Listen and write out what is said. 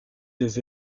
des